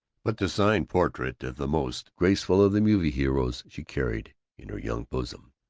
but the signed portrait of the most graceful of the movie heroes she carried in her young bosom.